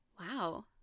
Wow